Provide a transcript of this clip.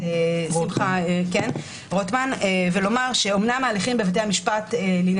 עצמך ולעמוד על הרגליים.